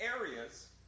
areas